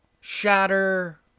shatter